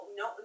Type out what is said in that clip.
no